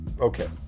Okay